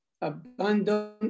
abandon